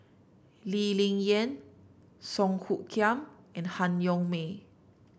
Lee Ling Yen Song Hoot Kiam and Han Yong May